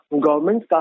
Government